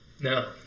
No